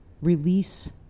release